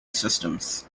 systems